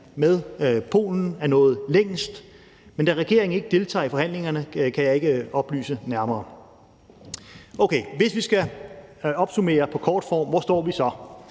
med Polen er nået længst, men da regeringen ikke deltager i forhandlingerne, kan jeg ikke oplyse nærmere. Okay, hvis vi skal